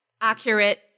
accurate